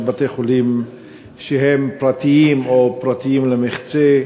בתי-חולים שהם פרטיים או פרטיים למחצה,